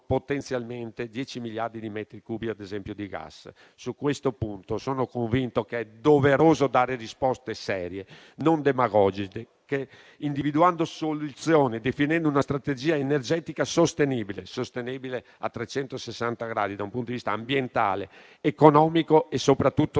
potenzialmente dieci miliardi di metri cubi di gas; su questo punto sono convinto che è doveroso dare risposte serie, non demagogiche, individuando soluzioni, definendo una strategia energetica sostenibile a 360 gradi, da un punto di vista ambientale, economico e soprattutto sociale.